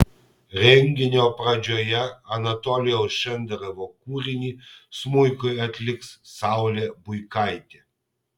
renginio pradžioje anatolijaus šenderovo kūrinį smuikui atliks saulė buikaitė